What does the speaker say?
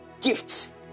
gifts